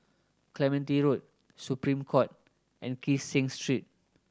Clementi Road Supreme Court and Kee Seng Street